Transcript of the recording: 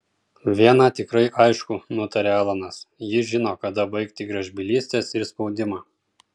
viena tikrai aišku nutarė alanas ji žino kada baigti gražbylystes ir spaudimą